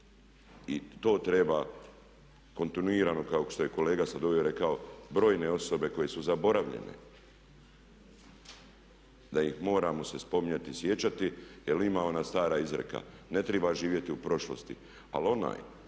To treba kontinuirano kao što je kolega sad ovdje rekao brojne osobe koje su zaboravljene da ih moramo se spominjati i sjećati. Jer ima ona stara izreka "Ne treba živjeti u prošlosti ali onaj